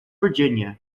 virginia